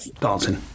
dancing